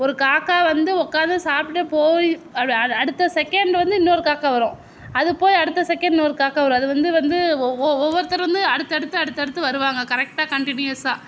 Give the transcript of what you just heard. ஒரு காக்கா வந்து உக்காந்து சாப்பிட்டுட்டு போய் அடுத்த செகண்ட் இன்னோரு காக்கா வரும் அது போய் அடுத்த செகண்ட் வந்து இன்னொரு காக்கா வரும் அது போய் அடுத்த செகண்ட் ஒரு காக்கா வரும் அது வந்து வந்து ஒவ்வொருத்தர் வந்து அடுத்து அடுத்து அடுத்து அடுத்து வருவாங்க கரெக்ட்டாக கண்டிநியூவஸாக